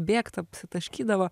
bėgt apsitaškydavo